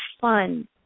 fun